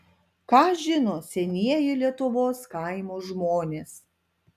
ką žino senieji lietuvos kaimo žmonės